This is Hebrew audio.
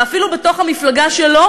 ואפילו בתוך המפלגה שלו